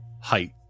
height